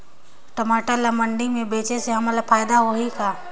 टमाटर ला मंडी मे बेचे से हमन ला फायदा होही का?